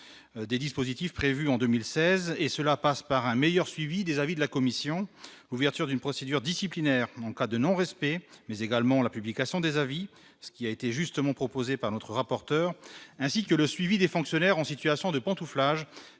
des dispositifs prévus en 2016 et cela passe par un meilleur suivi des avis de la commission, ouverture d'une procédure disciplinaire en cas de non, respect mais également la publication des avis, ce qui a été justement proposé par notre rapporteur, ainsi que le suivi des fonctionnaires en situation de pantouflage